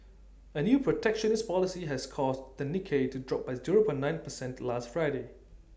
A new protectionist policy has caused the Nikkei to drop by zero point nine percent last Friday